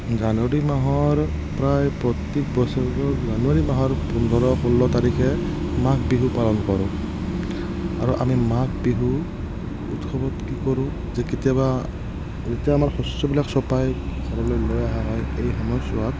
জানুৱাৰী মাহৰ প্ৰায় প্ৰত্যেক বছৰ জানুৱাৰী মাহৰ পোন্ধৰ ষোল্ল তাৰিখে মাঘ বিহু পালন কৰোঁ আৰু আমি মাঘ বিহু উৎসৱত কি কৰোঁ যে কেতিয়াবা যেতিয়া আমাৰ শস্যবিলাক চপাই ঘৰলৈ লৈ অহা হয় এই সময়ছোৱাত